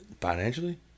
Financially